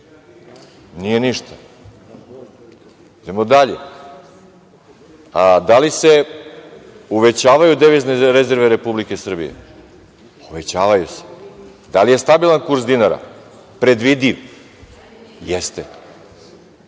Nije ništa. Idemo dalje, da li se uvećavaju devizne rezerve Republike Srbije? Uvećavaju se. Da li je stabilan kurs dinara, predvidiv? Jeste.